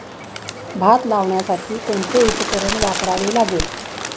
भात लावण्यासाठी कोणते उपकरण वापरावे लागेल?